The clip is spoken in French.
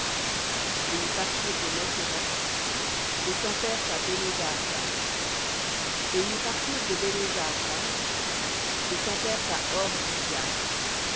et ils partirent de makhéloth et campèrent à béné c et ils partirent de thakhath et campèrent à